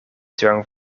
during